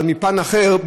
אבל מפן אחר,